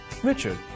Richard